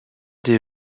des